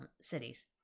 cities